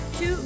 two